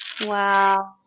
Wow